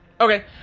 okay